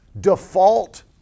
default